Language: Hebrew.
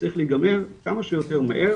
צריך להיגמר כמה שיותר מהר,